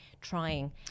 trying